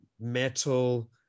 metal